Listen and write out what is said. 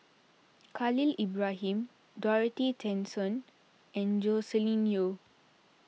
Khalil Ibrahim Dorothy Tessensohn and Joscelin Yeo